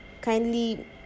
Kindly